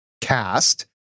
cast